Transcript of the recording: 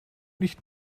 nicht